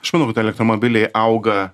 aš manau kad elektromobiliai auga